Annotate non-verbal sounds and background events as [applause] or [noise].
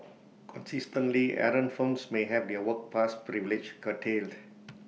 consistently errant firms may have their work pass privileges curtailed [noise]